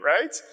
Right